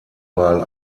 wahl